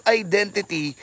identity